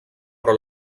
però